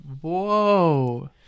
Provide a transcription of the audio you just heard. Whoa